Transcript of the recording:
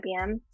IBM